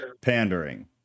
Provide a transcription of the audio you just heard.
pandering